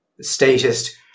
statist